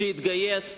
שהתגייס בזמנו,